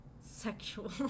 sexual